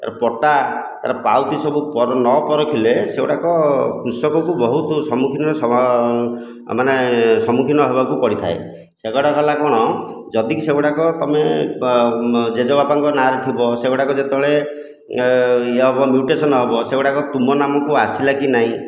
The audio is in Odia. ର ପଟା ତା'ର ପାଉତି ସବୁ ପର ନ ପରଖିଲେ ସେଗୁଡ଼ାକ କୃଷକକୁ ବହୁତ ସମ୍ମୁଖୀନ ସମା ମାନେ ସମ୍ମୁଖୀନ ହେବାକୁ ପଡ଼ିଥାଏ ସେଗୁଡ଼ାକ ହେଲା କ'ଣ ଯଦିକି ସେଗୁଡ଼ାକ ତୁମେ ଜେଜେବାପାଙ୍କ ନାଁରେ ଥିବ ସେଗୁଡ଼ାକ ଯେତେବେଳେ ଇଏ ହବ ମ୍ୟୁଟେସନ ହେବ ସେଗୁଡ଼ାକ ତୁମ ନାମକୁ ଆସିଲା କି ନାହିଁ